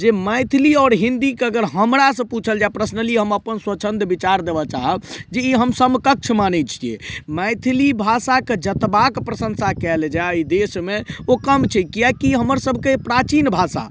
जे मैथिली आओर हिन्दीके अगर हमरासँ पुछल जाइ पर्सनली हम अपन स्वच्छन्द विचार देबऽ चाहब जे ई हम समकक्ष मानय छियै मैथिली भाषाके जतबाके प्रशंसा कयल जाइ ई देशमे ओ कम छै किएक कि हमर सबके प्राचीन भाषा